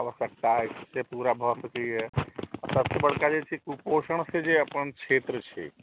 आवश्यकता अछि से पूरा भऽ सकैए सबसँ बड़का जे छै कुपोषणसँ जे अपन क्षेत्र छै